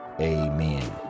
Amen